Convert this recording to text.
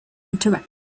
interrupted